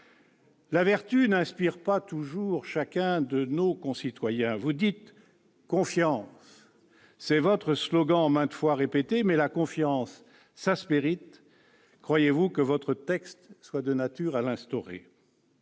La vertu n'inspire pas toujours chacun de nos citoyens. Vous dites « confiance ». C'est votre slogan maintes fois répété. Mais la confiance, ça se mérite. Croyez-vous que votre texte soit de nature à l'instaurer ?